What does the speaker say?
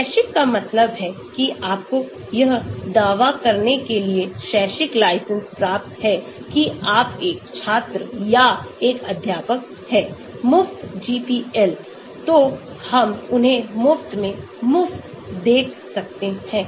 शैक्षिक का मतलब है कि आपको यह दावा करने के लिए शैक्षिक लाइसेंस प्राप्त है कि आप एक छात्र या एक अध्यापक हैं मुफ्त GPLतो हम उन्हें मुफ्त में मुफ्त देख सकते हैं